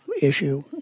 issue